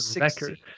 record